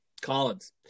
Collins